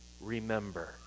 remember